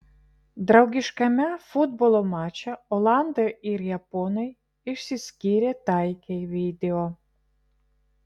draugiškame futbolo mače olandai ir japonai išsiskyrė taikiai video